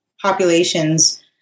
populations